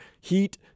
Heat